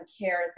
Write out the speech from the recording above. care